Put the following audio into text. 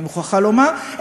אני מוכרחה לומר,